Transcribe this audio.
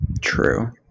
True